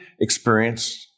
experience